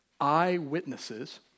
eyewitnesses